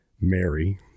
Mary